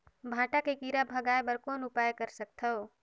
भांटा के कीरा भगाय बर कौन उपाय कर सकथव?